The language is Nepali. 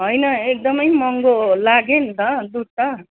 होइन एकदमै महँगो लाग्यो नि त दुध त